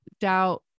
doubt